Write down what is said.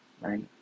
right